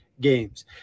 games